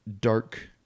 dark